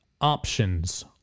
options